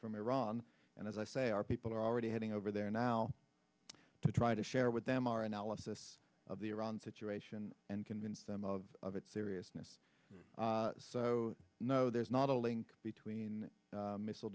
from iran and as i say our people are already heading over there now to try to share with them our analysis of the iran situation and convince them of of its seriousness so no there's not a link between missile